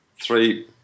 three